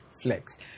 Flex